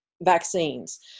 vaccines